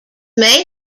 may